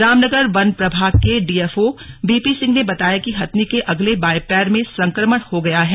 रामनगर वन प्रभाग के डीएफओ बीपी सिंह ने बताया कि हथिनी के अगले बांये पैर में संक्रमण हो गया है